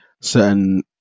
certain